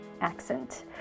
accent